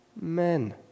men